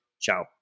Ciao